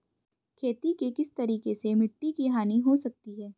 खेती के किस तरीके से मिट्टी की हानि हो सकती है?